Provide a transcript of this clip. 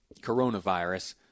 coronavirus